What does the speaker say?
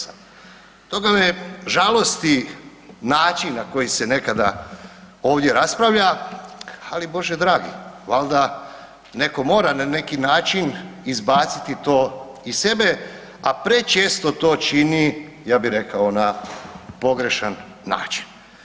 Stoga me žalosti način na koji se nekada ovdje raspravlja, ali Bože dragi, valda neko mora na neki način izbaciti to iz sebe, a prečesto to čini ja bi rekao na pogrešan način.